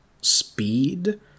speed